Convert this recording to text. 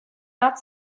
not